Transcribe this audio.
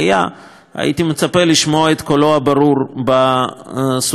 הייתי מצפה לשמוע את קולו הברור בסוגיה הזאת,